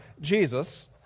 Jesus